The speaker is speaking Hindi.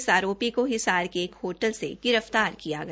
इस आरोपी को हिसार के एक होटल से गिरफ्तार किया गया